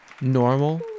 normal